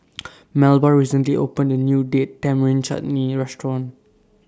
Melba recently opened A New Date Tamarind Chutney Restaurant